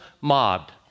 mobbed